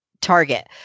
target